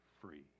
free